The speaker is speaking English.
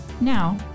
Now